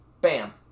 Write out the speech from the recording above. Bam